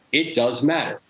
it does matter.